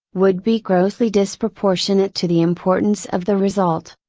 would be grossly disproportionate to the importance of the result.